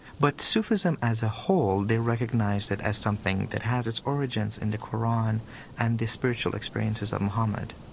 but sufism as a whole, they recognized it as something that has its origins in the qur'an and the spiritual experiences of muhammad.